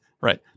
Right